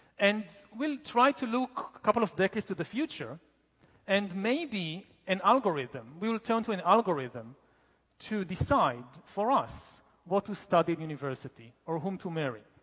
and we'll try to look a couple of decades to the future and maybe an algorithm, we will turn to an algorithm to decide for us what to study at university or whom to marry.